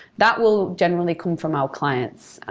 that will generally come from our clients.